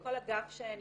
כל הגב שאני